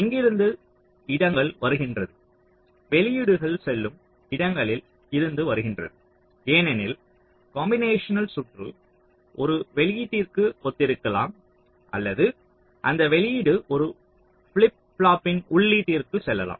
எங்கிருந்து இடங்கள் வருகின்றது வெளியீடுகள் செல்லும் இடங்களில் இருந்து வருகின்றது ஏனெனில் காம்பினேஷனல் சுற்று ஒரு வெளியீட்டிற்கு ஒத்திருக்கலாம் அல்லது அந்த வெளியீடு ஒரு ஃபிளிப் ஃப்ளாப்பின் உள்ளீட்டிற்கு செல்லலாம்